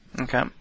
Okay